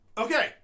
okay